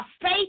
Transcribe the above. faith